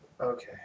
Okay